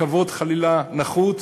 כבוד נחות,